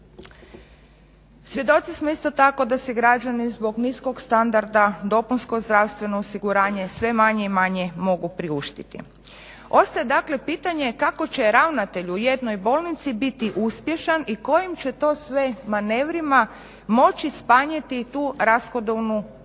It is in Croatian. Svjedoci smo isto tako da si građani zbog niskog standarda dopunsko zdravstveno osiguranje sve manje i manje mogu priuštiti. Ostaje dakle pitanje kako će ravnatelj u jednoj bolnici biti uspješan i kojim će to sve manevrima moći smanjiti tu rashodovnu stranu